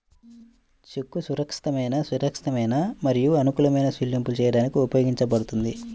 చెక్కు సురక్షితమైన, సురక్షితమైన మరియు అనుకూలమైన చెల్లింపులు చేయడానికి ఉపయోగించబడుతుంది